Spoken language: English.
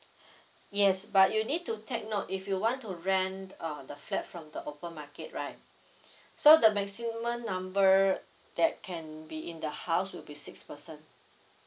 yes but you need to take note if you want to rent uh the flat from the open market right so the maximum number that can be in the house will be six person